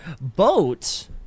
boat